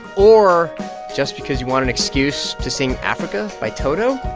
or just because you want an excuse to sing africa by toto